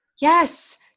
Yes